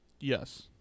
Yes